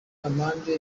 amande